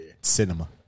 Cinema